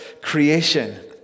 creation